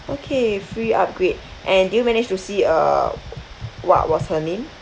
okay free upgrade and do you manage to see uh what was her name